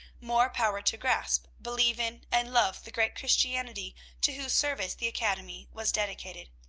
more power to grasp, believe in, and love the great christianity to whose service the academy was dedicated.